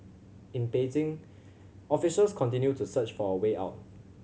in Beijing officials continue to search for a way out